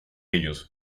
ellos